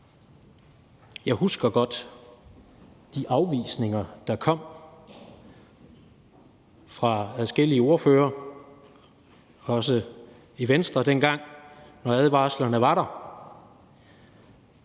Jeg husker godt de afvisninger, der kom, fra adskillige ordførere og også fra Venstre – og advarslerne var der.